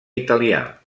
italià